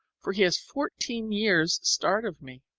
for he has fourteen years' start of me.